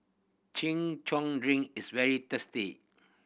Chin Chow drink is very tasty